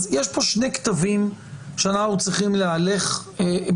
אז יש פה שני קטבים, שאנחנו צריכים להלך ביניהם,